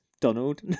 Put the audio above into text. donald